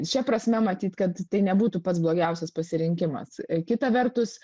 šia prasme matyt kad tai nebūtų pats blogiausias pasirinkimas kita vertus